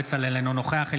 אינו נוכח אברהם בצלאל,